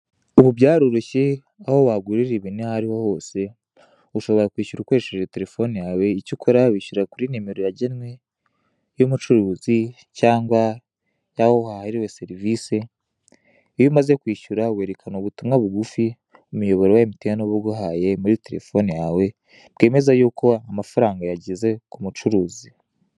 Ubu byaroroshye aho wagurira ibintu aho ariho hose ushobora kwishyura ukoresheje telefone yawe icyo ukora w'ishyura kuri nimero yagenwe y'umucuruzi cyangwa yaho waherewe serivisi iyo umaze kwishyura werekana ubutumwa bugufi umuyoboro wa emutiyeni uba uguhaye muri telefone yawe wemeza ko amafaranga yageze k'umucuruzi.